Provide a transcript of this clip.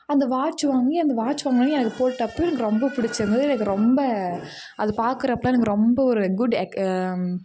அந்த வாட்ச் வாங்கி அந்த வாட்ச் வாங்குனோனையே அது போட்டப்போ எனக்கு ரொம்ப பிடிச்சிருந்துது எனக்கு ரொம்ப அது பாக்குறப்போ எனக்கு ரொம்ப ஒரு குட்